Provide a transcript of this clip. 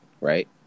right